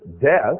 death